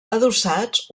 adossats